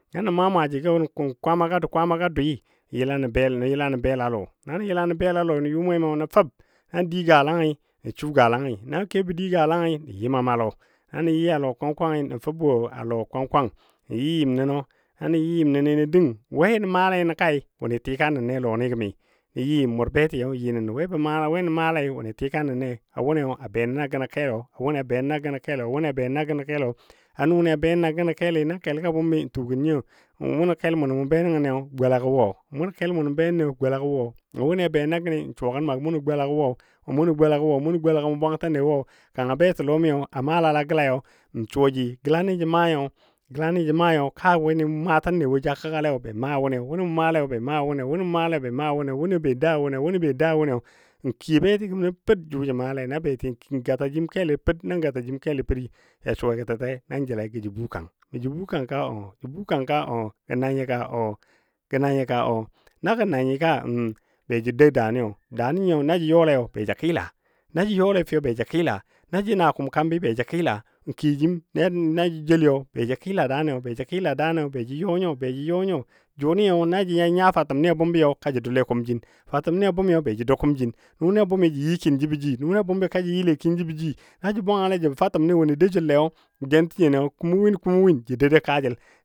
Na nə ma maaji gɔ kung kwamaga dou kwamamagɔ doui nə yəla nə belalɔ nə yʊ mwemɔ nə fəb nan digalangyi nə su galangyi na kebɔ di galangyi nə yɨmam a lɔ na nə yɨ a lɔ kwan kwangi nə fəb wo a lɔ kwan kwang nə yɨ yɨm nənɔ na nə yɨ yɨm nəni nə dəng we nə maale nə kai wʊnɨ tika nənne a lɔni gəmi, nə yɨ n mʊr betiyo yɨ nən we bə maalei we nə maalei wʊnɨ tika nənnei wʊnɨ a be nən a gənɔ kelo, wʊnɨ a benən a gənɔ kelɔ, a wʊnɨ a be nən a gənɔ kelɔ, a nʊnɨ benən a gənɔ keli na kelgɔ a bʊmbi n tuu gən nyiyo, munɔ kelo mʊ be nənni gola gə wo, mʊnɔ kel mʊnɔ mʊ be nənni gola gə wo, a wʊnɨ be nən a gəni suwa gən mə a mʊnɔ gɔlagɔ wo, mʊnɔ gɔlagɔ wo, mʊnɔ golagɔ mʊ bwantənnei gola gə wo, kanga betə lɔmi a malala gəlayo, n suwa ji gəla jə maayo ka wʊnɨ matəne wo ja kəggaleyo be maa wʊnɨ mu, wʊnɨ mʊ maaleyo be maa wʊnɨ, wʊnɨ mʊ maaleyo be maa wʊnɨ, wʊnɨ be dou wʊnɨ, wʊnɨ be dou wʊnɨ n kiyo beti gəm Per jʊ ja maale, na beti n gata jim kelɔ Peri ja suwa gɔ tɛtɛ na jəlai gə jə bu bukang, mə jə bukang ka o jə bukang ka o, gənanyo ka o, gananyɔ ka o gənanyo ka o. Na gənanyi ka be ja dou daaniyo daani nyiyo na ji yɔle be jə kɨla, na jə yɔle fəi be jə kɨla, na jə na kʊm kambi be jə kɨɨla, n kiyo jim na jə jelli be jə kɨɨla daaniyo, be jə kɨɨla daani, ja yɔ nyo be jə yɔ nyo. Jʊnɨyo ya nya fatəm ni a bʊmbiyo ka ji doule kʊm jin, fatəmi a bʊmi be jə dou kʊm jin. Nʊni a bʊmi jə yɨ kin jəbɔ ji, nʊnɨ a bʊm bi ka jə yɨle kin jəbɔ ji. Na jə bwangale jəbɔ fatəmni wʊnɨ dou jəl lei, jen təjə kumo win jə dou kaajəl